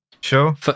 Sure